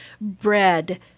bread